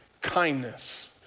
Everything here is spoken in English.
Kindness